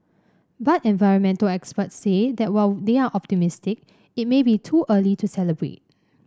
but environmental experts say that while they are optimistic it may be too early to celebrate